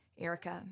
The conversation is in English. Erica